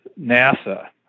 NASA